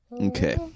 Okay